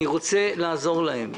אני רוצה לעזור להם,